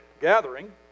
gathering